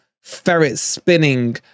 ferret-spinning